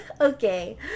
okay